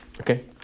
Okay